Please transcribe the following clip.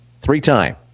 Three-time